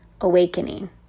awakening